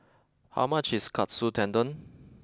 how much is Katsu Tendon